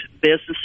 businesses